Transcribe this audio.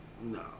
No